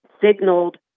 signaled